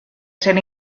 ser